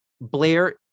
Blair